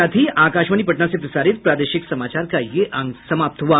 इसके साथ ही आकाशवाणी पटना से प्रसारित प्रादेशिक समाचार का ये अंक समाप्त हुआ